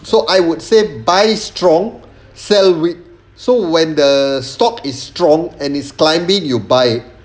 so I would say buy strong sell weak so when the stock is strong and its climbing you buy